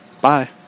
bye